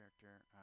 character